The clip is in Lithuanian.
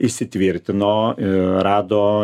įsitvirtino rado